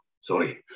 sorry